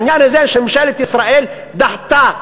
העניין זה שממשלת ישראל דחתה,